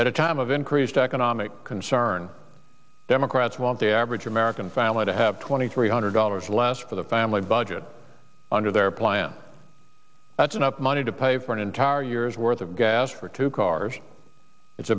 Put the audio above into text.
at a time of increased economic concern democrats want the average american family to have twenty three hundred dollars less for the family budget under their plan that's enough money to pay for an entire year's worth of gas for two cars it's